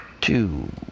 Two